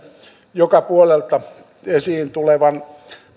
joka puolelta esiin tulevan